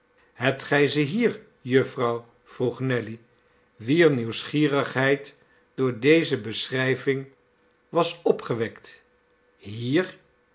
hebt gij ze hier jufvrouw vroeg nelly wier nieuwsgierigheid door deze beschrijving was opgewekt hier